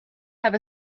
have